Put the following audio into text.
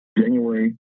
January